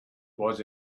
was